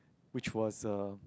which was a